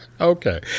Okay